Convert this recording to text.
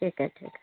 ठीक आहे ठीक